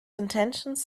intentions